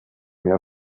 mehr